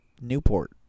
Newport